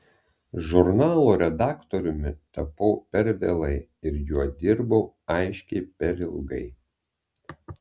žurnalo redaktoriumi tapau per vėlai ir juo dirbau aiškiai per ilgai